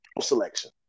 selection